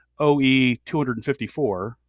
OE254